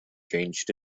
changed